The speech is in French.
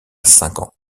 cinquante